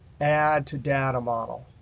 add to data model.